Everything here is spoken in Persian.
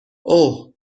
اوه